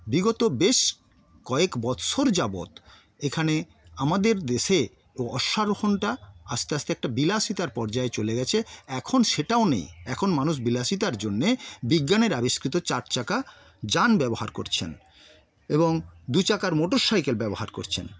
বিগত বেশ কয়েক বৎসর যাবৎ এখানে আমাদের দেশে অশ্বারোহণটা আস্তে আস্তে একটা বিলাসিতার পর্যায়ে চলে গেছে এখন সেটাও নেই এখন মানুষ বিলাসিতার জন্যে বিজ্ঞানের আবিষ্কৃত চার চাকা যান ব্যবহার করছেন এবং দুচাকার মোটরসাইকেল ব্যবহার করছেন